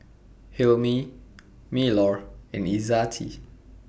Hilmi Melur and Izzati